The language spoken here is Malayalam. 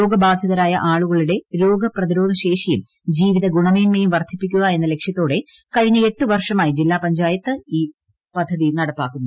രോഗബാധിതരായ ആളുകളുടെ രോഗപ്രതിരോധശേഷിയും ജീവിത ഗുണമേന്മയും വർധിപ്പിക്കുക എന്ന ലക്ഷ്യത്തോടെ കഴിഞ്ഞ എട്ട് വർഷമായി ജില്ലാ പഞ്ചായത്ത് ഈ പദ്ധതി നടപ്പാക്കുന്നത്